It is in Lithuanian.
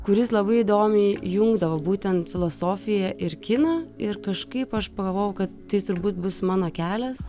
kuris labai įdomiai jungdavo būtent filosofiją ir kiną ir kažkaip aš pagalvojau kad tai turbūt bus mano kelias